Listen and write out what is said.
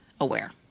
aware